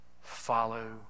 Follow